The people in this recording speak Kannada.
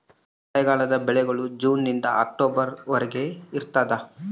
ಮಳೆಗಾಲದ ಬೆಳೆಗಳು ಜೂನ್ ನಿಂದ ಅಕ್ಟೊಬರ್ ವರೆಗೆ ಇರ್ತಾದ